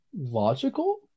logical